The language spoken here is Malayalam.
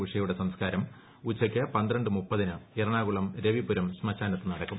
ഉഷയുടെ സംസ്ക്കാരം ഉച്ചയ്ക്ക് എറണാകുളം രവിപുരം ശ്മശാനത്ത് നടക്കും